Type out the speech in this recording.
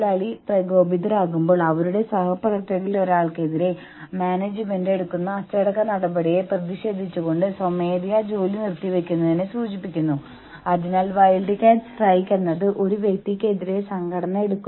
തുടർന്ന് ഈ ഫീഡ്ബാക്ക് ഉൾപ്പെടുത്തുകയും തീരുമാനമെടുക്കൽ പ്രക്രിയയുടെ ഭാഗമാക്കുകയും ചെയ്യുക അവരെ ബാധിക്കുന്ന കാര്യങ്ങൾ രൂപീകരിക്കുന്നതിലും തീരുമാനങ്ങൾ എടുക്കുന്നതിലും അവരുടെ ഇൻപുട്ടുകൾ ഉൾപ്പെടുത്തുക